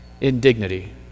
indignity